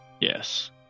yes